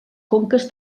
conques